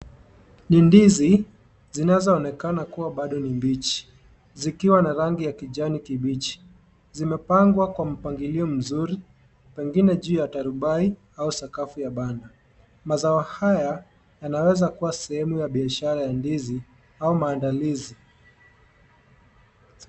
Ni ndizi zinazoonekana kuwa bado ni mbichi. Zikiwa na rangi ya kijani kibichi. Zimepangwa kwa mpangilio mzuri, pengine juu ya tarubai au sakafu ya bana. Mazao haya yanaweza kuwa, sehemu ya biashara ya ndizi au maandalizi.